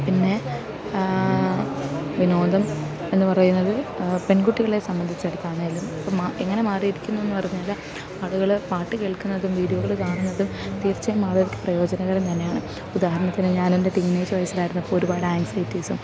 പിന്നെ വിനോദം എന്നു പറയുന്നത് പെൺകുട്ടികളെ സംബന്ധിച്ചിടത്താണെങ്കിലും ഇപ്പം എങ്ങനെ മാറിയിരിക്കുന്നു എന്നു പറഞ്ഞാൽ ആളുകൾ പാട്ട് കേൾക്കുന്നതും വീഡിയോകൾ കാണുന്നതും തീർച്ചയായും ആളുകൾക്ക് പ്രയോജനകരം തന്നെയാണ് ഉദാഹരണത്തിന് ഞാനെൻ്റെ ടീനേജ് വയസ്സിലായിരുന്നപ്പോൾ ഒരുപാട് ആങ്ക്സൈറ്റീസും